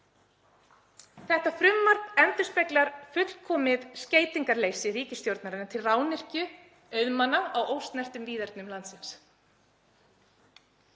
Þetta frumvarp endurspeglar fullkomið skeytingarleysi ríkisstjórnarinnar gagnvart rányrkju auðmanna á ósnertum víðernum landsins.